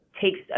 takes